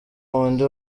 wundi